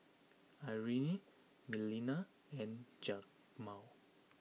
Irine Melina and Jamar